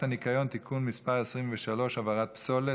הניקיון (תיקון מס' 23) (הבערת פסולת),